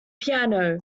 piano